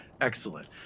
Excellent